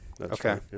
Okay